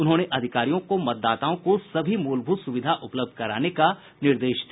उन्होंने अधिकारियों को मतदाताओं को सभी मूलभूत सुविधा उपलब्ध कराने का निर्देश दिया